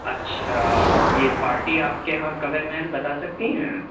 اچھا یہ پارٹی آپ کے یہاں کب ہے میم بتا سکتی ہیں